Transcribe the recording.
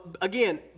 again